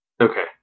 Okay